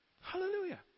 Hallelujah